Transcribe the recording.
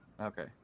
Okay